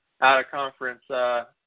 out-of-conference